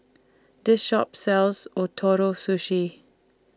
This Shop sells Ootoro Sushi